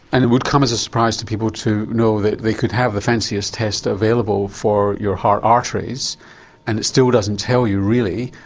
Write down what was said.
and it would come as a surprise to people to know that they could have the fanciest test available for your heart arteries and it still doesn't tell you really,